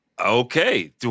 Okay